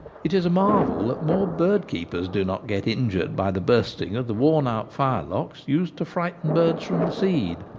it is a marvel that more bird-keepers do not get injured by the bursting of the worn-out firelocks used to frighten birds from the seed.